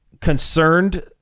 concerned